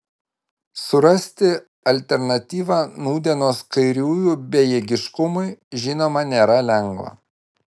surasti alternatyvą nūdienos kairiųjų bejėgiškumui žinoma nėra lengva